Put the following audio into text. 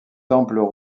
temples